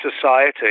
society